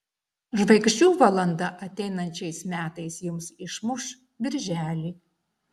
žvaigždžių valanda ateinančiais metais jums išmuš birželį